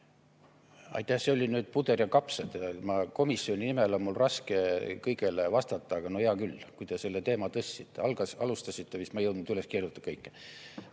Aitäh! See oli nüüd puder ja kapsad. Komisjoni nimel on mul raske kõigele vastata, aga no hea küll, kui te selle teema tõstsite. Alustasite vist, ma ei jõudnud kõike